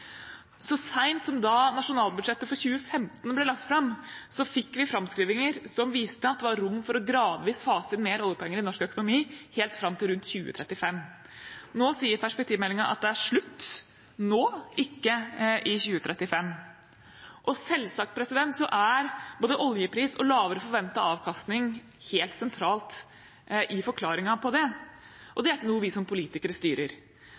Så sent som da nasjonalbudsjettet for 2015 ble lagt fram, fikk vi framskrivinger som viste at det var rom for gradvis å fase mer oljepenger inn i norsk økonomi helt fram til 2035. Nå sier Perspektivmeldingen at det er slutt nå, ikke i 2035. Selvsagt er både oljepris og lavere forventet avkastning helt sentralt i forklaringen på det, og det er ikke noe vi som politikere styrer.